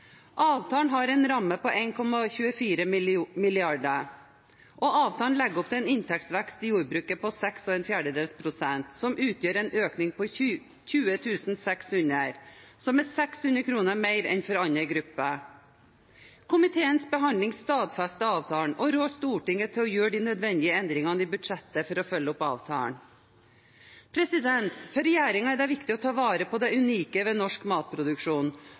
Avtalen har en ramme på 1,24 mrd. kr og legger opp til en inntektsvekst i jordbruket på 6,25 pst., noe som utgjør en økning på 20 600 kr, som er 600 kr mer enn for andre grupper. Komiteens behandling stadfester avtalen og rår Stortinget til å gjøre de nødvendige endringene i budsjettet for å følge opp avtalen. For regjeringen er det viktig å ta vare på det unike ved norsk matproduksjon,